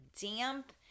damp